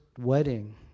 wedding